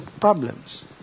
problems